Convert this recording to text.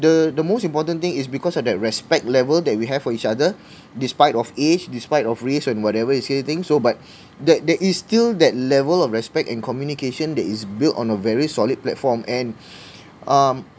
the the most important thing is because of that respect level that we have for each other despite of age despite of race and whatever you say things so but that there is still that level of respect and communication that is built on a very solid platform and um